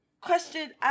question